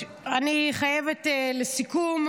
אינו נוכח,